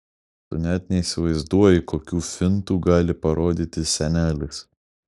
tu net neįsivaizduoji kokių fintų gali parodyti senelis